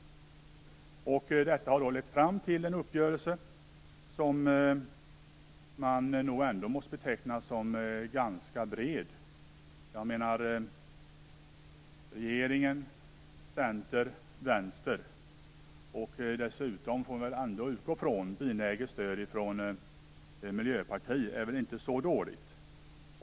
Allt detta har lett fram till en uppgörelse som måste betecknas som ganska bred. Den omfattar regeringen, Centern och Vänstern och har, får vi utgå från, benäget stöd från Miljöpartiet. Det är inte så dåligt.